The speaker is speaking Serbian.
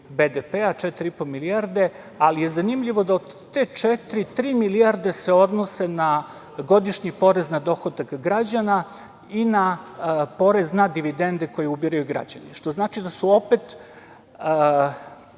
BDP-a, 4,5 milijarde, ali je zanimljivo da od te četiri, tri milijarde se odnose na godišnji porez na dohodak građana i na porez na dividende koje ubiraju građani, što znači da opet